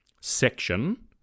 section